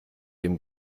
dem